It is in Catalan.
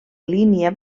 línia